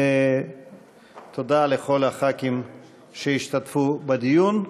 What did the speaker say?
ותודה לכל הח"כים שהשתתפו בדיון.